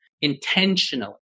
intentionally